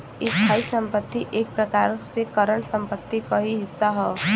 स्थायी संपत्ति एक प्रकार से करंट संपत्ति क ही हिस्सा हौ